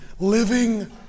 living